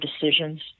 decisions